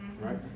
right